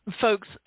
Folks